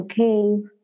okay